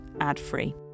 ad-free